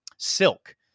silk